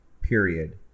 period